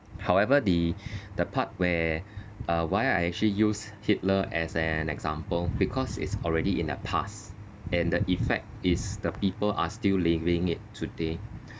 however the the part where uh why I actually use hitler as an example because it's already in the past and the effect is the people are still living it today